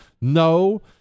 No